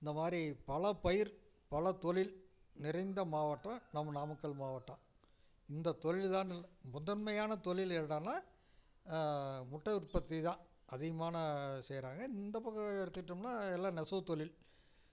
இந்தமாதிரி பல பயிர் பல தொழில் நிறைந்த மாவட்டம் நம் நாமக்கல் மாவட்டம் இந்த தொழில் தான் இல்லை முதன்மையான தொழில் என்னடான்னா முட்டைஉற்பத்தி தான் அதிகமான செய்யறாங்க இந்த பக்கம் எடுத்துக்கிட்டோம்னா எல்லாம் நெசவுத் தொழில்